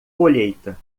colheita